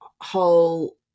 whole